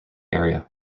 area